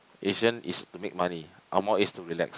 Asian is to make money Angmoh is to relax